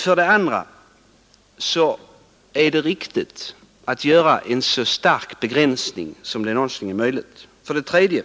För det andra bör man göra en så stark begränsning av användningen som det någonsin är möjligt. För det tredje